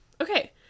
okay